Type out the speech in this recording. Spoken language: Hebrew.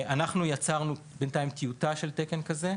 אנחנו יצרנו בינתיים טיוטה של תקן כזה,